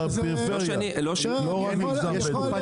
לא רק על המגזר הבדואי.